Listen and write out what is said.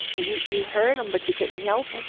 and you, you heard them, but you couldn't help them